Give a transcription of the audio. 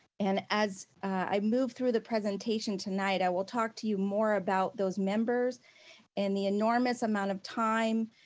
and as i move through the presentation tonight, i will talk to you more about those members and the enormous amount of time,